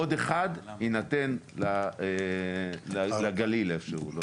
עוד אחד יינתן לגליל איפשהו.